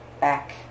back